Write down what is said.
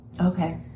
Okay